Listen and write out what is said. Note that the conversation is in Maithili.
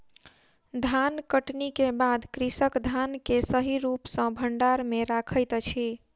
धानकटनी के बाद कृषक धान के सही रूप सॅ भंडार में रखैत अछि